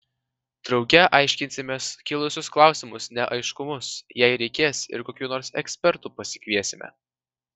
drauge aiškinsimės kilusius klausimus neaiškumus jei reikės ir kokių nors ekspertų pasikviesime